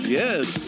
yes